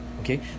okay